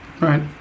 Right